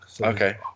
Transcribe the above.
Okay